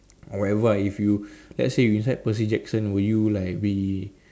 or wherever ah if you let's say you inside Percy-Jackson will you like be